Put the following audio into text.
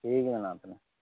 ᱴᱷᱤᱠ ᱢᱮᱱᱟᱜᱼᱟ ᱛᱟᱦᱚᱞᱮ